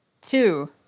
Two